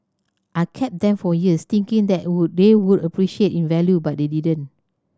I kept them for years thinking that would they would appreciate in value but they didn't